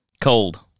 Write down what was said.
Cold